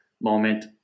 moment